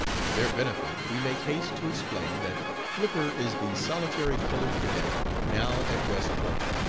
for their benefit we make haste to explain that flipper is the solitary colored cadet now at west point.